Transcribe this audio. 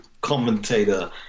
commentator